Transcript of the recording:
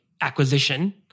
acquisition